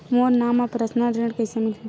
मोर नाम म परसनल ऋण कइसे मिलही?